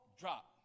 drop